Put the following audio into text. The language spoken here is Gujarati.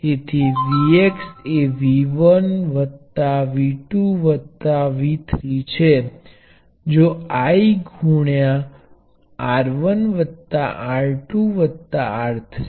તેથી આની મદદથી આપણે ઝડપથી ફરી બધા એલિમેન્ટો માંથી પસાર થઈ શકીએ છીએ અને ત્યાં સમાંતર સંયોજન જેવું વર્તે છે તે જોઈ શકીએ છીએ